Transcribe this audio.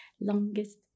Longest